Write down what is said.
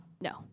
No